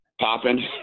popping